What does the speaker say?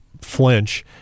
flinch